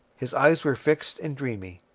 his eyes were fixed and dreamy.